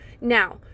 Now